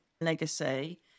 legacy